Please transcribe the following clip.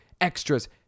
extras